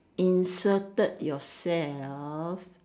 inserted yourself